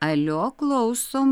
alio klausom